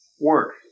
work